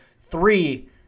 Three